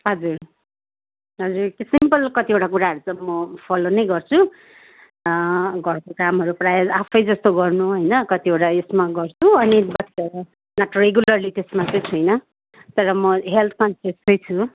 हजुर हजुर त्यो सिम्पल कतिवटा कुराहरू चाहिँ म फलो नै गर्छु घरको कामहरू प्राय आफै जस्तो गर्नु होइन कतिवटा यसमा गर्छु अनि बट नट रेगुलरली त्यसमा चाहिँ छुइनँ तर म हेल्थ कन्सियस चाहिँ छु